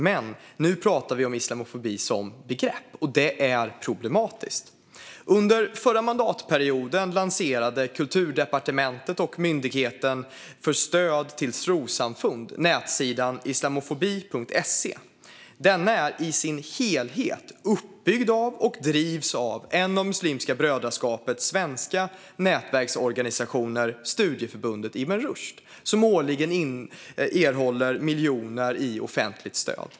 Men nu pratar vi om islamofobi som begrepp, och det är problematiskt. Under förra mandatperioden lanserade Kulturdepartementet och Myndigheten för stöd till trossamfund nätsidan islamofobi.se. Denna är i sin helhet uppbyggd av och drivs av en av Muslimska brödraskapets svenska nätverksorganisationer, studieförbundet Ibn Rushd, som årligen erhåller miljoner i offentligt stöd.